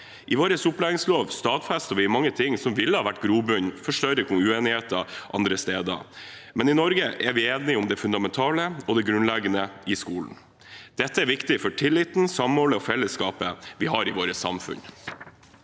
I vår opplæringslov stadfester vi mange ting som ville ha gitt grobunn for større uenigheter andre steder, men i Norge er vi enige om det fundamentale og det grunnleggende i skolen. Dette er viktig for tilliten, samholdet og fellesskapet vi har i vårt samfunn.